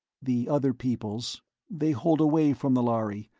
the other peoples they hold away from the lhari,